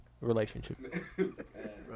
relationship